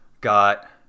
got